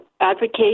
advocate